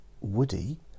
Woody